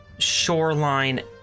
Shoreline